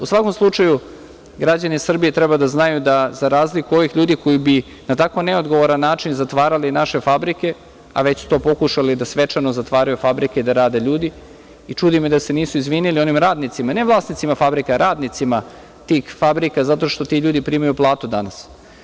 U svakom slučaju, građani Srbije treba da znaju da, za razliku od ovih ljudi koji bi na tako neodgovoran način zatvarali naše fabrike, a već su pokušali da svečano zatvaraju fabrike gde rade ljudi, i čudi me da se nisu izvinili onim radnicima, ne vlasnicima fabrika, radnicima tih fabrika, zato što ti ljudi primaju platu danas.